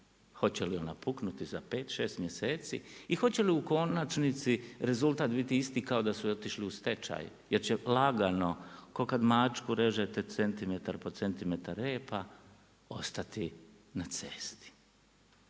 Hoće li ona puknuti za pet, šest mjeseci i hoće li u konačnici rezultat bio isti kao da su otišli u stečaj jer će lagano, ko kad mačku režete centimetar po centimetar repa ostati na cesti.